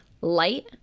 light